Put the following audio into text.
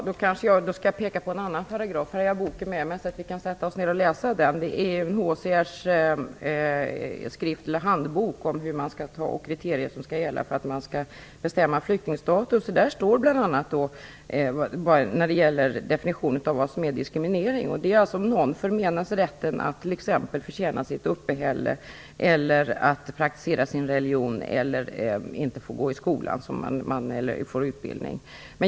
Fru talman! Jag skall då peka på en annan paragraf. Jag har här UNHCR:s handbok, där det står vilka kriterier som skall gälla för att bestämma flyktingstatus - vi kan sätta oss ned och läsa den senare. Där står det om definitionen av vad som är diskriminering att det gäller den som förmenas rätten att t.ex. förtjäna sitt uppehälle, att praktisera sin religion eller att få utbildning.